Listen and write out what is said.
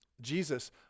Jesus